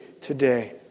today